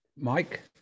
Mike